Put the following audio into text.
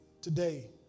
today